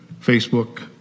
Facebook